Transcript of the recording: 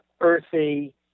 earthy